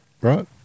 Right